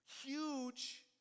huge